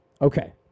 Okay